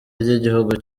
ry’igihugu